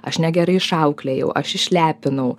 aš negerai išauklėjau aš išlepinau